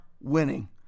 winning